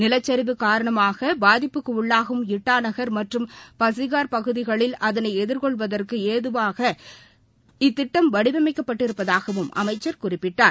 நிலச்சிவு காரணமாக பாதிப்புக்கு உள்ளாகும் இட்டாநகர் மற்றும் பசிகார் பகுதிகளில் அதனை எதிர்கொள்வதற்கு ஏதுவான வகையில் இத்திட்டம் வடிவமைக்கப்பட்டிருப்பதாகவும் அமைக்ள் குறிப்பிட்டார்